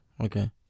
okay